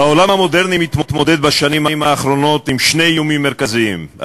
העולם המודרני מתמודד בשנים האחרונות עם שני איומים מרכזיים,